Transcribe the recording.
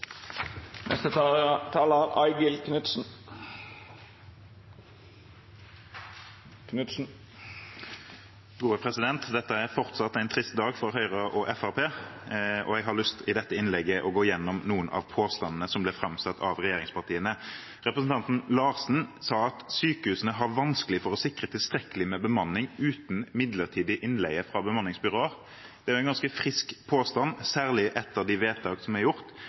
og jeg har lyst til i dette innlegget å gå gjennom noen av påstandene som ble framsatt av regjeringspartiene. Representanten Larsen sa at sykehusene har vanskelig for å sikre tilstrekkelig med bemanning uten midlertidig innleie fra bemanningsbyråer. Det er en ganske frisk påstand, særlig etter de vedtak som er gjort,